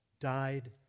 died